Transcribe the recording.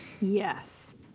Yes